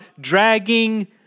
dragging